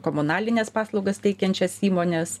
komunalines paslaugas teikiančias įmones